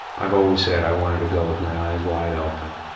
i've always said i wanted to go with my eyes wide open.